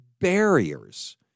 barriers